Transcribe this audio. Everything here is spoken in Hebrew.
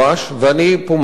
ואני פה מדגיש,